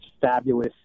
fabulous